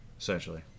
essentially